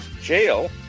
Jail